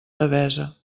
devesa